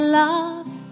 love